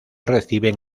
reciben